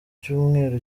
cyumweru